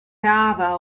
cava